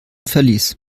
verlies